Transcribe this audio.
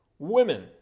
Women